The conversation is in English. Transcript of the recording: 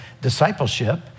discipleship